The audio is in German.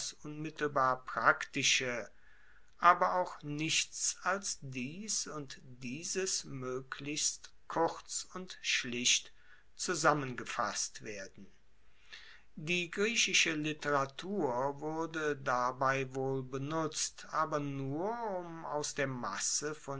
unmittelbar praktische aber auch nichts als dies und dieses moeglichst kurz und schlicht zusammengefasst werden die griechische literatur wurde dabei wohl benutzt aber nur um aus der masse